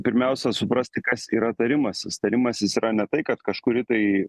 pirmiausia suprasti kas yra tarimasis tarimasis yra ne tai kad kažkuri tai